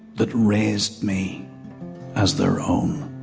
that raised me as their own